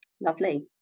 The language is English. lovely